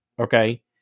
okay